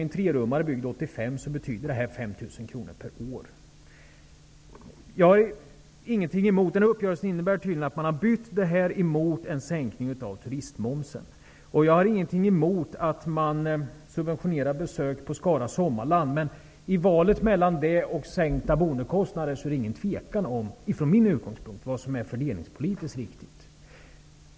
1985 betyder det här att det blir en merkostnad om Uppgörelsen innebär tydligen att man har gjort ett byte. I gengäld får man gå med på en sänkning av turistmomsen. Jag har inget emot att besök på Skara sommarland subventioneras. Men i fråga om valet mellan ett besök där och sänkta boendekostnader råder det, från min utgångspunkt, inget tvivel om vad som är fördelningspolitiskt riktigt.